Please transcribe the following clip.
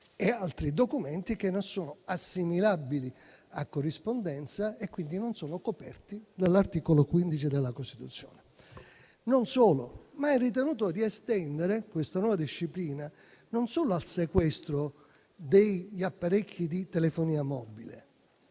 e altri documenti che non sono assimilabili a corrispondenza e quindi non sono coperti dall'articolo 15 della Costituzione. Non solo, ma si è ritenuto di estendere questa nuova disciplina non solo al sequestro degli apparecchi di telefonia mobile,